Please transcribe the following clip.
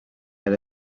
head